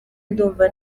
ndumva